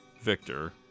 Victor